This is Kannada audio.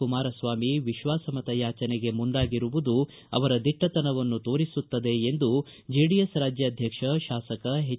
ಕುಮಾರಸ್ವಾಮಿ ವಿಶ್ವಾಸಮತ ಯಾಚನೆಗೆ ಮುಂದಾಗಿರುವುದು ಅವರ ದಿಟ್ಟತನವನ್ನು ತೋರಿಸುತ್ತದೆ ಎಂದು ಜೆಡಿಎಸ್ ರಾಜ್ಯಾಧ್ವಕ್ಷ ತಾಸಕ ಹೆಚ್